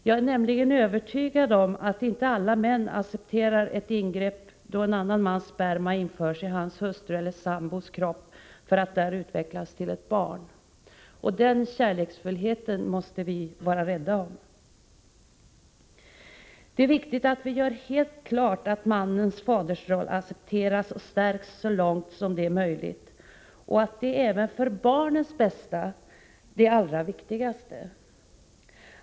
Jag är nämligen övertygad om att inte alla män accepterar ett ingrepp där en annan mans sperma införs i hustruns eller sambons kropp för att utvecklas till ett barn. Den kärleksfullheten måste vi vara rädda om. Det är viktigt att göra helt klart för oss att mannens fadersroll accepteras och stärks så långt möjligt och att det även för barnens bästa är det allra viktigaste.